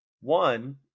One